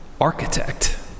architect